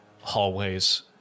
hallways